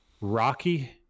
rocky